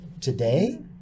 today